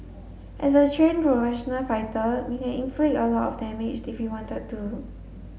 as a trained professional fighter we can inflict a lot of damage if we wanted to